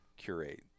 curate